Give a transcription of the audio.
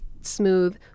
smooth